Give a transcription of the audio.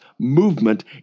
Movement